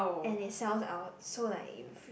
and it sells out so like if